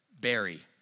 Barry